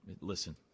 Listen